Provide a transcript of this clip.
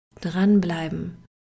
dranbleiben